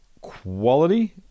quality